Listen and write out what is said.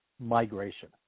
migration